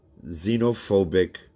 xenophobic